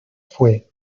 fue